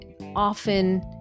often